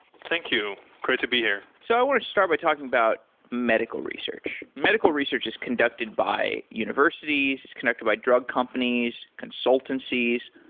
thank you. great to be here. so i want to start by talking about medical research. medical research is conducted by universities, it's connected by drug companies, consultancies.